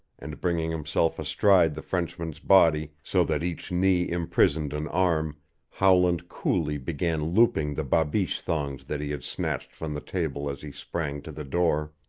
and bringing himself astride the frenchman's body so that each knee imprisoned an arm howland coolly began looping the babeesh thongs that he had snatched from the table as he sprang to the door.